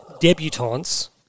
debutantes